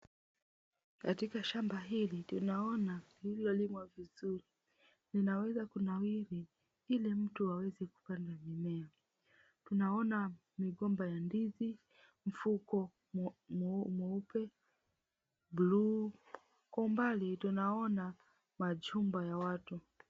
Katika shamba hili tunaona lilivyolimwa vizuri. Ninaweza kunawiri ili mtu aweze kupanda mimea. Tunaona migomba ya ndizi, mfuko mweupe, blue . Kule mbali tunaona majumba ya watu.